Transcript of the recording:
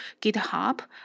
GitHub